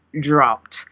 dropped